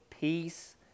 peace